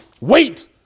wait